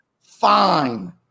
fine